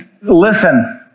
listen